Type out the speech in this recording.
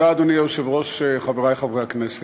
אדוני היושב-ראש, תודה, חברי חברי הכנסת,